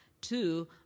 Two